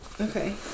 okay